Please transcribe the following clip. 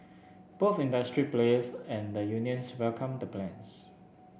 both industry players and the unions welcomed the plans